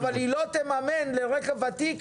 אבל היא לא תממן לרכב ותיק,